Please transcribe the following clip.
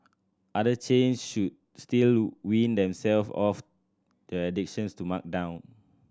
other chains should still wean themselves off their addiction to markdown